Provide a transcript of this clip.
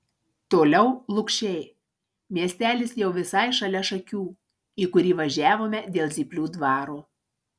toliau lukšiai miestelis jau visai šalia šakių į kurį važiavome dėl zyplių dvaro